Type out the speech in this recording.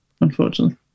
unfortunately